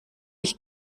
ich